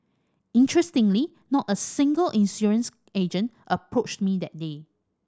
interestingly not a single insurance agent approached me that day